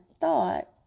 thought